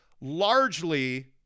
largely